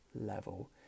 level